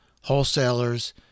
wholesalers